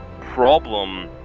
problem